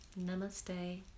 Namaste